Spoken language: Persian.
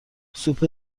سوپ